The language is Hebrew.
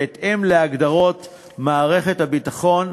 בהתאם להגדרות מערכת הביטחון,